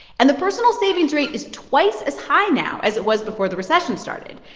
and the personal savings rate is twice as high now as it was before the recession started.